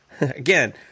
Again